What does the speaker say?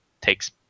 takes